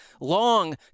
long